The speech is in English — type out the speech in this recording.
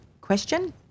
question